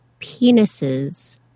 penises